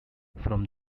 from